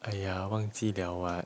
!aiya! 忘记 liao what